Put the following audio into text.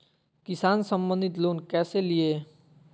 किसान संबंधित लोन कैसै लिये?